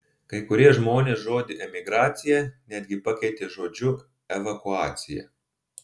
kai kurie žmonės žodį emigracija netgi pakeitė žodžiu evakuacija